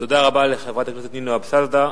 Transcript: תודה רבה לחברת הכנסת נינו אבסדזה.